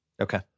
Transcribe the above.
Okay